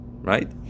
right